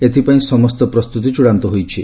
ଏଥିପାଇଁ ସମସ୍ତ ପ୍ରସ୍ତୁତି ଚ୍ଚଡ଼ାନ୍ତ ହୋଇଛି